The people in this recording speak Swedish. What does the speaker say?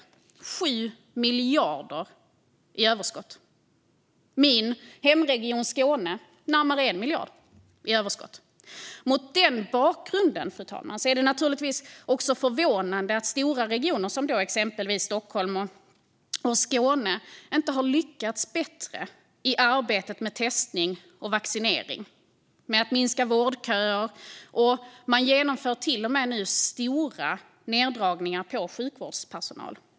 Man har 7 miljarder i överskott. Min hemregion, Skåne, har närmare 1 miljard i överskott. Mot den bakgrunden är det förvånande att stora regioner, exempelvis Stockholm och Skåne, inte har lyckats bättre i arbetet med testning och vaccinering eller med att minska vårdköerna. Nu genomför man till och med stora neddragningar på sjukvårdspersonal.